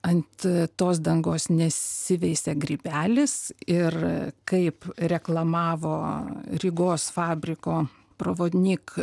ant tos dangos nesiveisia grybelis ir kaip reklamavo rygos fabriko pravodnik